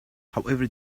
however